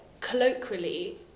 colloquially